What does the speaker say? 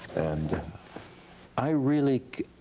and i really